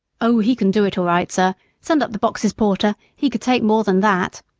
oh! he can do it all right, sir send up the boxes, porter he could take more than that